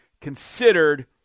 considered